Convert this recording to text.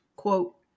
Quote